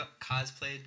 cosplayed